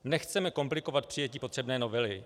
Nechceme komplikovat přijetí potřebné novely.